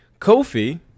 Kofi